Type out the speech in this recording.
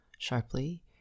sharply